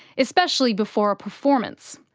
especially before a performance.